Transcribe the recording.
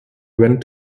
went